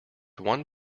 one